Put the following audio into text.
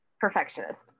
perfectionist